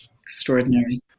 extraordinary